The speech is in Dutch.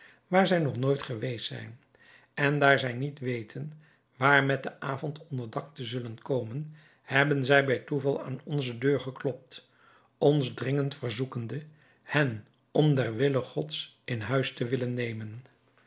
waar zij nog nooit geweest zijn en daar zij niet weten waar met den avond onder dak te zullen komen hebben zij bij toeval aan onze deur geklopt ons dringend verzoekende hen om der wille gods in huis te willen nemen